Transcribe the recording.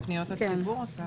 פניות הציבור.